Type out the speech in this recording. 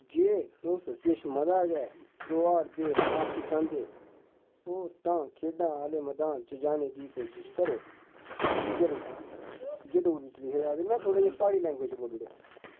जे तुस किश मता गै परोआर दे माफक चांह्दे ओ तां खेढां आह्ले मदान च जाने दी कोशश करो